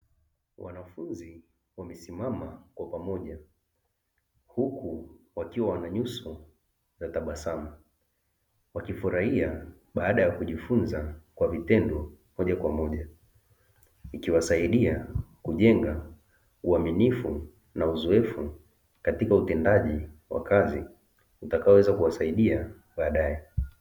Wanafunzi wamesimama kwa pamoja huku wakiwa na nyuso za tabasamu, wakifurahia baada ya kujifunza kwa vitendo moja kwa moja, ikiwasaidia kujenga uaminifu na uzoefu katika utendaji utakaoweza kuwasaidia baadaye.